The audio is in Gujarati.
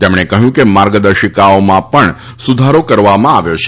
તેમણે કહ્યું કે માર્ગદર્શિકાઓમાં પણ સુધારો કરવામાં આવ્યો છે